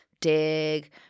dig